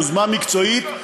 יוזמה מקצועית,